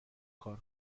کار